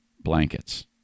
blankets